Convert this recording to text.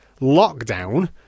lockdown